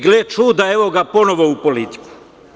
Gle čuda, evo ga ponovo u politici.